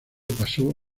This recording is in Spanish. pasó